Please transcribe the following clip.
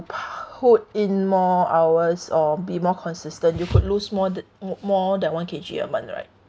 put in more hours or be more consistent you could lose more than more than one K_G a month right